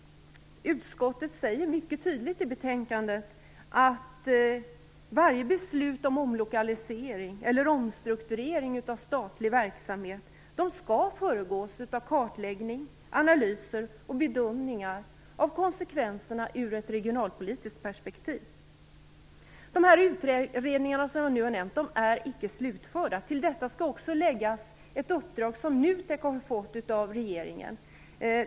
Utskottet säger mycket tydligt i betänkandet att varje beslut om omlokalisering eller omstrukturering av statlig verksamhet skall föregås av kartläggningar, analyser och bedömningar av konsekvenserna ur ett regionalpolitiskt perspektiv. De utredningar som jag nu har nämnt är icke slutförda. Till detta skall läggas ett uppdrag som NUTEK har fått av regeringen.